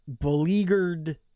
beleaguered